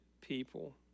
people